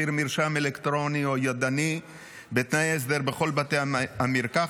ניפוק תכשיר מרשם אלקטרוני או ידני בתנאי הסדר בכל בתי המרקחת),